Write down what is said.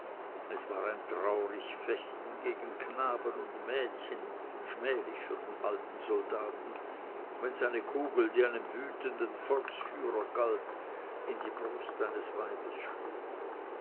es war ein traurig fechten gegen knaben und mädchen schmählich für den alten soldaten wenn seine kugel die einem wütenden volksführer galt in die brust eines weibes schlug